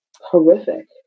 horrific